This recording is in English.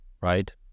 right